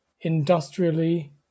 industrially